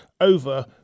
over